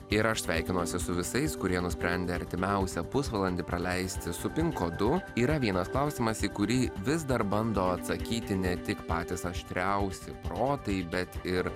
ir aš sveikinuosi su visais kurie nusprendė artimiausią pusvalandį praleisti su pink kodu yra vienas klausimas į kurį vis dar bando atsakyti ne tik patys aštriausi protai bet ir